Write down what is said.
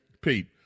Pete